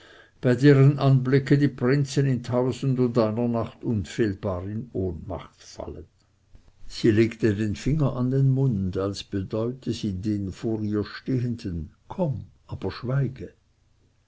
bei deren anblicke die prinzen in tausendundeiner nacht unfehlbar in ohnmacht fallen sie legte den finger an den mund als bedeute sie den vor ihr stehenden komm aber schweige